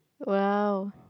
!wow!